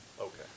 Okay